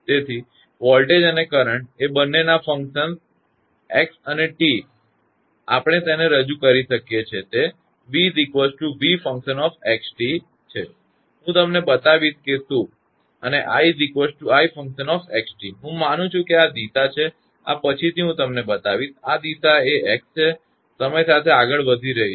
તેથી વોલ્ટેજ અને કરંટ એ બંનેના ફંક્શન એક્સ અને ટી આપણે તેને રજૂ કરી શકીએ કે તે 𝑣 𝑣 𝑥 𝑡 છે હું તમને બતાવીશ કે શું અને 𝑖 𝑖 𝑥 𝑡 હું માનું છું કે આ દિશા છે આ પછીથી હું તમને બતાવીશ આ દિશા એ x છે અને સમય સાથે આગળ વધી રહી છે